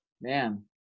Man